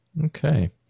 Okay